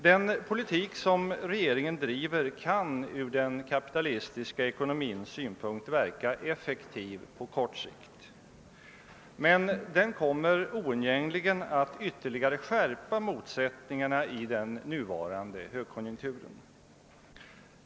Den politik som regeringen driver kan ur den kapitalistiska ekonomins synpunkt verka effektiv på kort sikt, men den kommer oundgängligen att ytterligare skärpa motsättningarna i den nuvarande. högkonjunkturen.